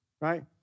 Right